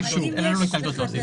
אין לנו התנגדות להוסיף את זה.